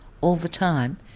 all the time,